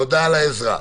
תודה על העזרה.